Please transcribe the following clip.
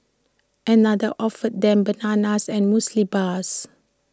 another offered them bananas and Muesli Bars